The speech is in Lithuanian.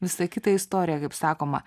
visai kita istorija kaip sakoma